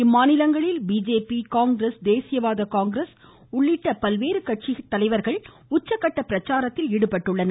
இம்மாநிலங்களில் BJP Congress தேசியவாத காங்கிரஸ் மற்றும் பல்வேறு கட்சிகளின் தலைவா்கள் உச்சக்கட்ட பிரச்சாரத்தில் ஈடுபட்டுள்ளனர்